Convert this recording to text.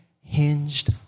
hinged